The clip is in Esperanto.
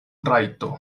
rajto